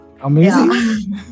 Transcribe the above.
amazing